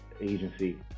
agency